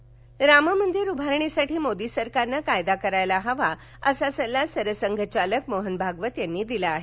संघ राम मंदिर उभारणीसाठी मोदी सरकारनं कायदा करायला हवा असा सल्ला सरसंघचालक मोहन भागवत यांनी दिला आहे